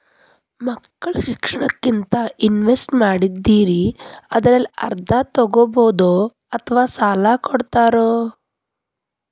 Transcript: ಮಕ್ಕಳ ಶಿಕ್ಷಣಕ್ಕಂತ ಇನ್ವೆಸ್ಟ್ ಮಾಡಿದ್ದಿರಿ ಅದರಲ್ಲಿ ಅರ್ಧ ತೊಗೋಬಹುದೊ ಅಥವಾ ಸಾಲ ಕೊಡ್ತೇರೊ?